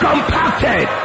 Compacted